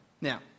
Now